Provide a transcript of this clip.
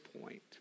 point